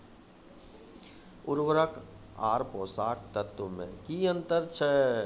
उर्वरक आर पोसक तत्व मे की अन्तर छै?